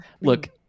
Look